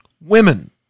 Women